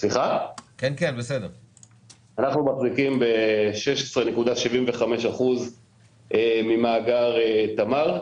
אנחנו מחזיקים ב-16.75% ממאגר תמר.